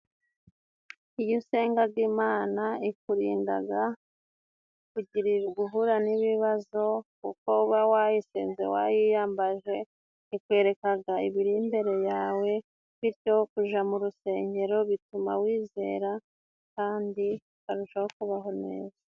Iyo usengaga Imana ikurindaga guhura n'ibibazo. Kuko uba wayisenze wayiyambaje ikwerekaga ibiri imbere yawe, bityo kuja mu rusengero bituma wizera kandi ukarushaho kubaho neza.